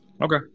Okay